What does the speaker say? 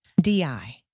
D-I